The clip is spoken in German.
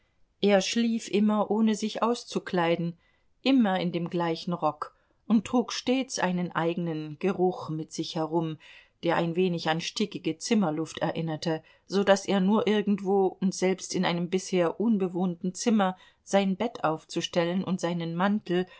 er schlief immer ohne sich auszukleiden immer in dem gleichen rock und trug stets einen eigenen geruch mit sich herum der ein wenig an stickige zimmerluft erinnerte so daß er nur irgendwo und selbst in einem bisher unbewohnten zimmer sein bett aufzustellen und seinen mantel